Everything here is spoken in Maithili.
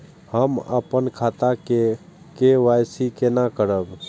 हम अपन खाता के के.वाई.सी केना करब?